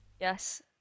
Yes